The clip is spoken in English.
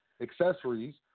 Accessories